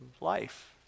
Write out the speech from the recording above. life